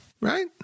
Right